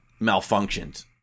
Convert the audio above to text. malfunctions